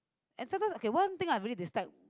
and sometimes okay one thing I really dislike